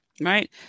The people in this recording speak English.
right